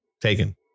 Taken